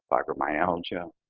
fibromyalgia,